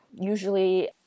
usually